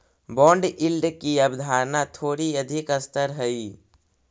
bond yield की अवधारणा थोड़ी अधिक स्तर हई